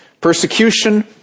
Persecution